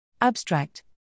Abstract